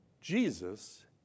Jesus